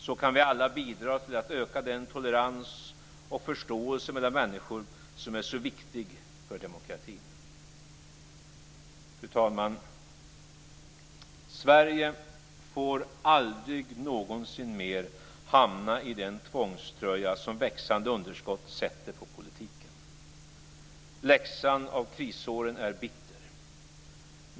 Så kan vi alla bidra till att öka den tolerans och förståelse mellan människor som är så viktig för demokratin. Fru talman! Sverige får aldrig någonsin mer hamna i den tvångströja som växande underskott sätter på politiken. Läxan av krisåren är bitter.